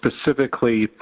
specifically